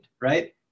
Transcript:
right